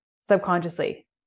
subconsciously